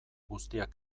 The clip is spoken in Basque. guztiak